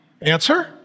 Answer